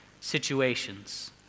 situations